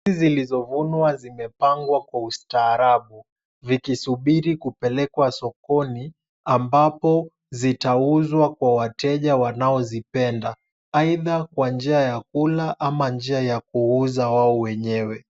Ndizi zilizovunwa zimepangwa kwa ustaarabu, vikisubiri kupelekwa sokoni, ambapo zitauzwa kwa wateja wanazozipenda, either kwa njia ya kula ama njia ya kuuza wao wenyewe.